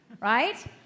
right